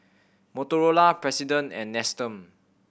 Motorola President and Nestum